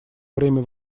время